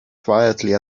quietly